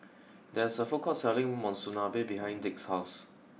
there is a food court selling Monsunabe behind Dick's house